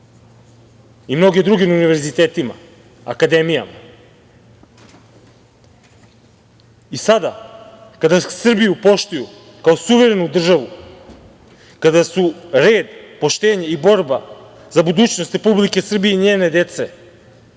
na mnogim drugim univerzitetima, akademijama… Sada, kada Srbiju poštuju kao suverenu državu, kada su red, poštenje i borba za budućnost Republike Srbije i njene dece,